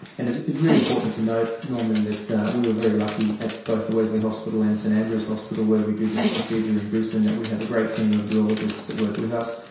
and it's it's really important to note, norman, that that we were very lucky at both the wesley hospital and st andrews hospital where we do this procedure in brisbane that we have a great team of urologists that work with us.